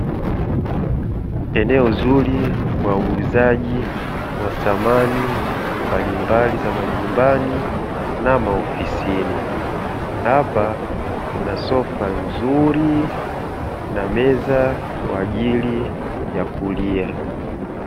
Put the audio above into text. Eneo zuri kwa uuzaji wa thamani mbalimbali za majumbani na maofisini, hapa kuna sofa nzuri na meza kwa ajili ya kulia.